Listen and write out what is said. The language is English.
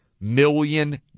million